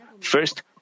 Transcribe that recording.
First